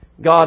God